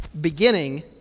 beginning